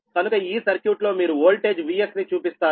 కనుక ఈ సర్క్యూట్ లో మీరు ఓల్టేజ్ Vs ని చూపిస్తారు